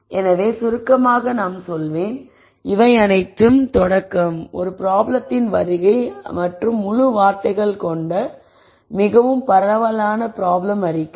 எனவே சுருக்கமாக நான் சொல்வேன் இவை அனைத்தின் தொடக்கம் ஒரு ப்ராப்ளத்தின் வருகை மற்றும் முழு வார்த்தைகள் கொண்ட மிகவும் பரவலான ப்ராப்ளம் அறிக்கை